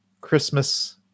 Christmas